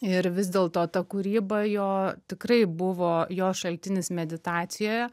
ir vis dėlto ta kūryba jo tikrai buvo jo šaltinis meditacijoje